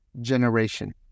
generation